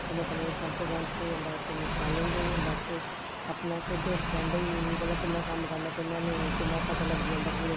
कन्नै कन्नै काफिडैंस होई जंदा कन्नै चैलेंज होई जंदा फिर अपने खुद डिपैंड होई गेई मी भला कि'यां कम्म करना कि'यां नेईं कि'यां पता लग्गी जंदा पूरे